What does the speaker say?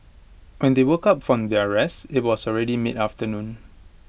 when they woke up from their rest IT was already mid afternoon